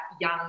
young